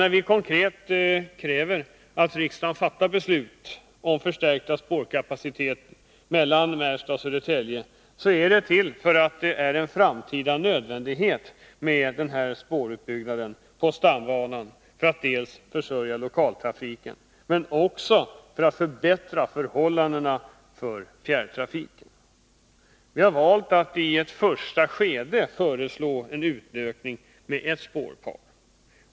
När vi konkret kräver att riksdagen skall fatta beslut om förstärkt spårkapacitet mellan Märsta och Södertälje gör vi det för att denna spårutbyggnad på stambanan är en framtida nödvändighet för att man dels skall kunna försörja lokaltrafiken, dels förbättra förhållandena för fjärrtrafiken. Vi har valt att i ett första skede föreslå en utökning med ett spårpar.